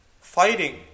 fighting